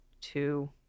two